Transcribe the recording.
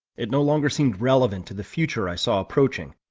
it no longer seemed relevant to the future i saw approaching,